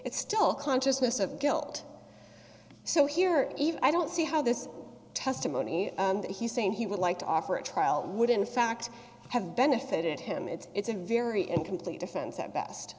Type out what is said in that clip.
it's still consciousness of guilt so here i don't see how this testimony that he's saying he would like to offer a trial would in fact have benefited him it's a very incomplete defense at best